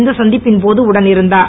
இந்த சந்திப்பின்போது உடன் இருந்தார்